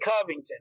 Covington